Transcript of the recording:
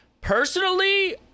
personally